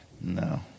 No